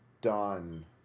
done